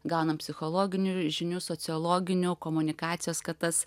gaunam psichologinių žinių sociologinių komunikacijos kad tas